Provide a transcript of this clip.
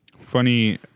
funny